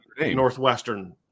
Northwestern